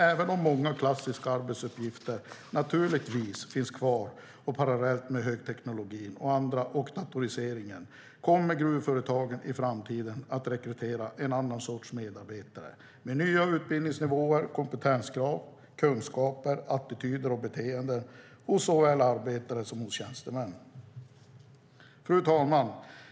Även om många "klassiska" arbetsuppgifter naturligtvis finns kvar parallellt med högteknologin och datoriseringen kommer gruvföretagen i framtiden att rekrytera en annan sorts medarbetare, med nya utbildningsnivåer, kompetenser, kunskaper, attityder och beteenden hos såväl arbetare som tjänstemän. Fru talman!